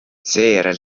seejärel